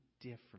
different